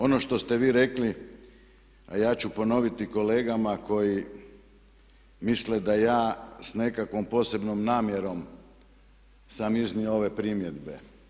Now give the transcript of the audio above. Ono što ste vi rekli, a ja ću ponoviti kolegama koji misle da ja s nekakvom posebnom namjerom sam iznio ove primjedbe.